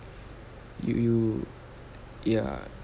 you you ya